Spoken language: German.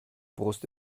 brust